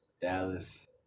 Dallas